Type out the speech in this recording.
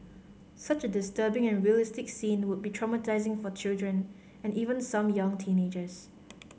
such a disturbing and realistic scene would be traumatising for children and even some young teenagers